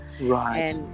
Right